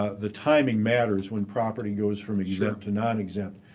the timing matters when property goes from exempt to nonexempt.